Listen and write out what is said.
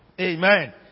Amen